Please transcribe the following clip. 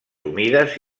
humides